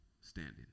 standing